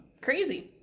Crazy